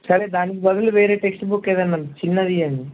సరే దానికి బదులు వేరే టెక్స్ట్ బుక్ ఏదన్న చిన్నది ఇవ్వండి